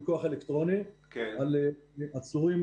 פיקוח אלקטרוני על אסורים